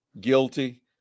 guilty